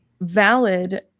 valid